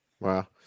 Wow